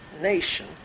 nation